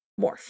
morph